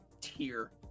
tier